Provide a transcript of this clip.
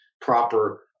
proper